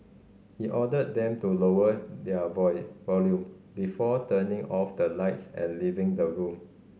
he ordered them to lower their volume before turning off the lights and leaving the room